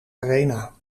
arena